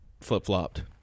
flip-flopped